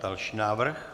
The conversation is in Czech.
Další návrh.